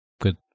good